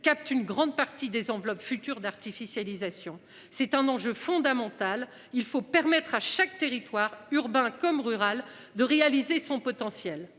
quatre une grande partie des enveloppes futur d'artificialisation c'est un enjeu fondamental. Il faut permettre à chaque territoire urbain comme rural de réaliser son potentiel